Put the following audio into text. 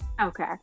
okay